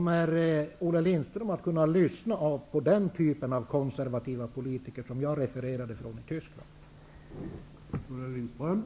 Kan Olle Lindström tänka sig att lyssna på den typen av konservativa politiker som finns i Tyskland?